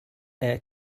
air